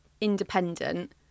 independent